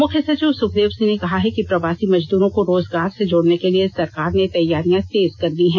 मुख्य सचिव सुखदेव सिंह ने कहा है कि प्रवासी मजदूरों को रोजगार से जोड़ने के लिए सरकार ने तैयारियां र्तज कर दी हैं